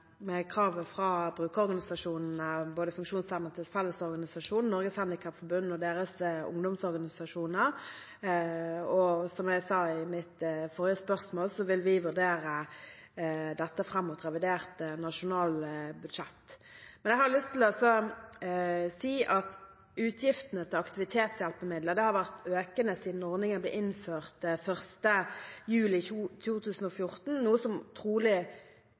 kravet fra brukerorganisasjonene, både Funksjonshemmedes Fellesorganisasjon, Norges Handikapforbund og deres ungdomsorganisasjoner. Som jeg sa i mitt forrige svar, vil vi vurdere dette fram mot revidert nasjonalbudsjett. Men jeg har også lyst til å si at utgiftene til aktivitetshjelpemidler har vært økende siden ordningen ble innført 1. juli 2014, noe som trolig